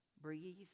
breathe